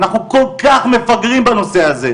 אנחנו כל כך מפגרים בנושא הזה.